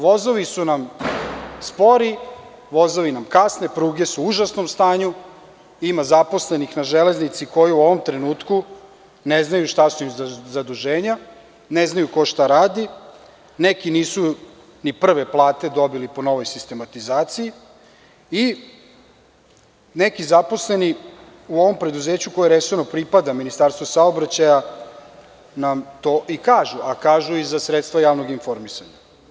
Vozovi su nam spori, vozovi nam kasne, pruge su u užasnom stanju, ima zaposlenih na železnici koji u ovom trenutku ne znaju šta su im zaduženja, ne znaju ko šta radi, neki nisu ni prve plate dobili po novoj sistematizaciji i neki zaposleni u ovom preduzeću koje resorno pripada Ministarstvu saobraćaja nam to i kažu, a kažu i za sredstva javnog informisanja.